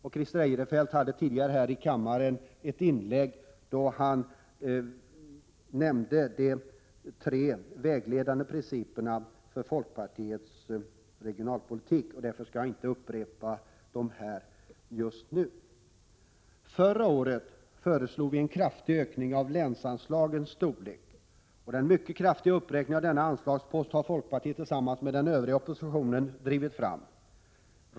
Christer Eirefelt nämnde tidigare här i kammaren i ett inlägg de tre vägledande principerna för folkpartiets regionalpolitik, och därför skall jag inte upprepa dem just nu. Förra året föreslog vi en kraftig ökning av länsanslagens storlek. Den mycket kraftiga uppräkningen av denna anslagspost har folkpartiet tillsammans med den övriga oppositionen drivit fram.